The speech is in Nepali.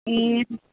ए